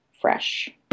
fresh